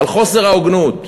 על חוסר ההוגנות.